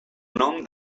nom